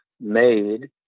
made